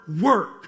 work